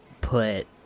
put